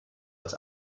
als